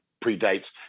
predates